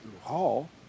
hall